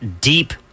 deep